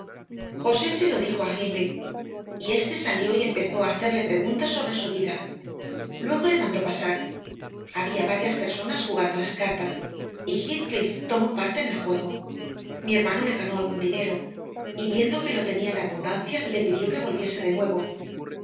josé se lo dijo a hindley y éste salió y empezó a hacerle preguntas sobre su vida luego le mandó pasar había varias personas jugando a las cartas y heathcliff tomó parte en el juego mi hermano le ganó algún dinero y viendo que lo tenía en abundancia le pidió que volviese de nuevo